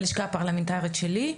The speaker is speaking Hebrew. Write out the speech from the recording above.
בלשכה הפרלמנטרית שלי.